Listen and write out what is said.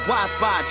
Wi-Fi